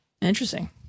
Interesting